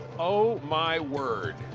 oh, my word.